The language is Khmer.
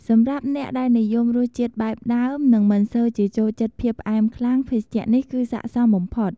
សម្រាប់អ្នកដែលនិយមរសជាតិបែបដើម និងមិនសូវជាចូលចិត្តភាពផ្អែមខ្លាំង ភេសជ្ជៈនេះគឺស័ក្តិសមបំផុត។